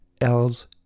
else